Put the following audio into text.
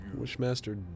Wishmaster